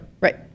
Right